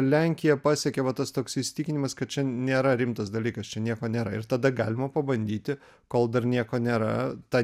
lenkiją pasiekė va tas toks įsitikinimas kad čia nėra rimtas dalykas čia nieko nėra ir tada galima pabandyti kol dar nieko nėra tą